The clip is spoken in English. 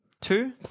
Two